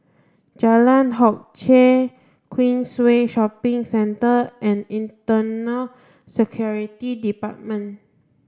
Jalan Hock Chye Queensway Shopping Centre and Internal Security Department